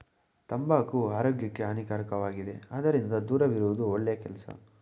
ತಂಬಾಕು ಆರೋಗ್ಯಕ್ಕೆ ಹಾನಿಕಾರಕವಾಗಿದೆ ಅದರಿಂದ ದೂರವಿರುವುದು ಒಳ್ಳೆ ಕೆಲಸ